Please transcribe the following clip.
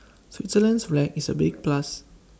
Switzerland's flag is A big plus